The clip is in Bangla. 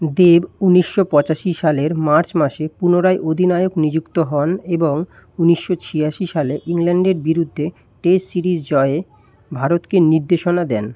দেব ঊনিশশো পঁচাশি সালের মার্চ মাসে পুনরায় অধিনায়ক নিযুক্ত হন এবং ঊনিশশো ছিয়াশি সালে ইংল্যাণ্ডের বিরুদ্ধে টেস্ট সিরিজ জয়ে ভারতকে নির্দেশনা দেন